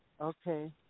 Okay